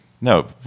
no